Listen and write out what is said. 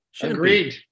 agreed